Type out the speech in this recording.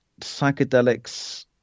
psychedelics